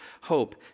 hope